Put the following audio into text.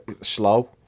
slow